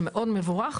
זה מאוד מבורך,